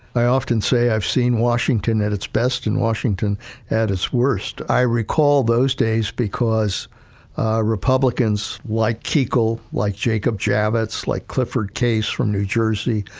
i often say, i've seen washington at its best and washington at its worst. i recall those days because republicans, like kuchel, like jacob javits, like clifford case from new jersey,